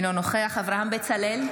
אינו נוכח אברהם בצלאל,